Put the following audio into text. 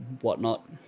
whatnot